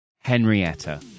henrietta